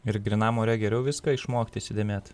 ir grynam ore geriau viską išmokti įsidėmėt